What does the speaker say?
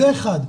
זה דבר אחד.